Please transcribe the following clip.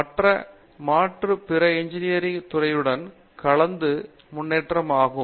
மற்ற மாற்றங்கள் பிற இன்ஜினியரிங் துறையுடன் கலந்த முன்னேற்றம் ஆகும்